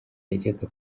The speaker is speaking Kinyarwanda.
yajyaga